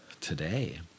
today